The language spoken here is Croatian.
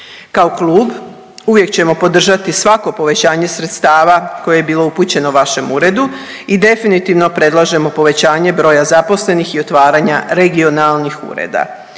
Kao klub uvijek ćemo podržati svako povećanje sredstava koje je bilo upućeno vašem uredu i definitivno predlažemo povećanje broja zaposlenih i otvaranja regionalnih ureda.